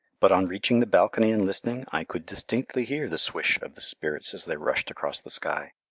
but on reaching the balcony and listening, i could distinctly hear the swish of the spirits as they rushed across the sky.